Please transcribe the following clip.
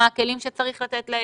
מה הכלים שצריך לתת להן,